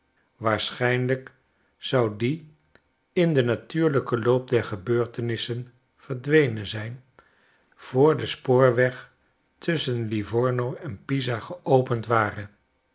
waarschijnlijk zou die in den natuurlijken loop der gebeurtenissen verdwenen zijn voor de spoorweg tusschen livorno en pisa geopend ware